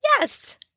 Yes